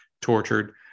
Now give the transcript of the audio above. tortured